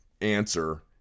answer